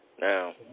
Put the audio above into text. Now